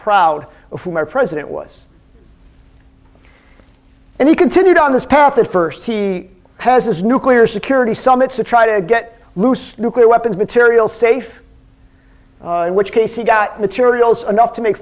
proud of our president was and he continued on this path that first he has this nuclear security summit to try to get loose nuclear weapons material safe in which case he got materials enough to make